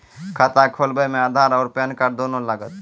खाता खोलबे मे आधार और पेन कार्ड दोनों लागत?